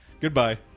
Goodbye